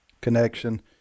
connection